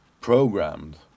programmed